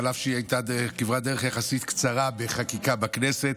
אף שהיא הייתה כברת דרך יחסית קצרה לחקיקה בכנסת,